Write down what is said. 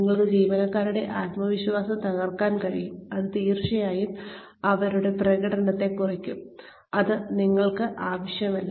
നിങ്ങൾക്ക് ജീവനക്കാരുടെ ആത്മവിശ്വാസം തകർക്കാൻ കഴിയും അത് തീർച്ചയായും അവരുടെ പ്രകടനത്തെ കുറയ്ക്കും അത് നിങ്ങൾക്ക് ആവശ്യമില്ല